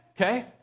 Okay